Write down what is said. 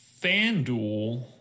FanDuel